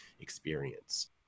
experience